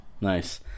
Nice